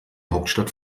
hauptstadt